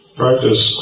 practice